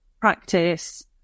practice